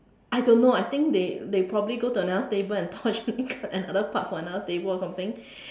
I don't know I think they they probably go to another table and torch another part for another table something